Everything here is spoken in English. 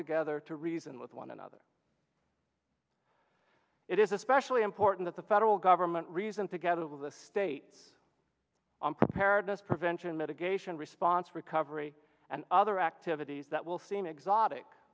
together to reason with one another it is especially important that the federal government reason together with the states on preparedness prevention mitigation response recovery and other activities that will seem exotic